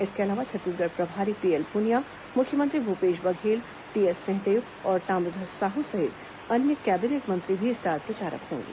इसके अलावा छत्तीसगढ़ प्रभारी पीएल पुनिया मुख्यमंत्री भूपेश बघेल टीएस सिंहदेव और ताम्रध्वज साहू सहित अन्य कैबिनेट मंत्री भी स्टार प्रचारक होंगे